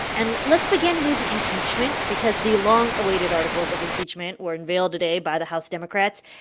and let's begin with impeachment because the long-awaited articles of impeachment were unveiled today by the house democrats,